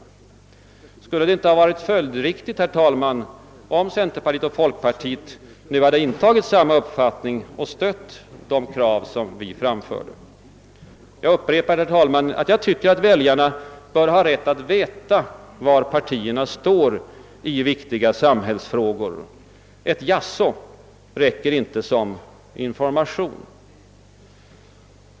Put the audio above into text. Skulle det inte ha varit följdriktigt, herr talman, om centerpartiet och folkpartiet nu hade intagit samma ståndpunkt och stött de krav som vi framfört? Jag upprepar att jag tycker att väljarna bör ha rätt att få veta var partierna står i viktiga samhällsfrågor. Ett jaså räcker inte som information.